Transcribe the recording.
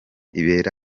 ibera